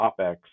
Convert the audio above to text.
OpEx